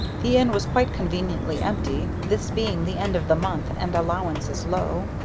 the inn was quite conveniently empty, this being the end of the month and allowances low.